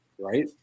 right